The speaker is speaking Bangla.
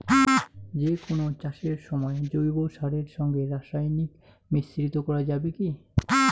যে কোন চাষের সময় জৈব সারের সঙ্গে রাসায়নিক মিশ্রিত করা যাবে কি?